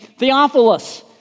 Theophilus